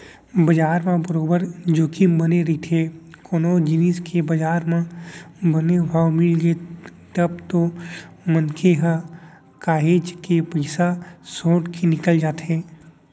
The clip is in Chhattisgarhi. बजार म बरोबर जोखिम बने रहिथे कोनो जिनिस के बजार म बने भाव मिलगे तब तो मनसे ह काहेच के पइसा सोट के निकल जाथे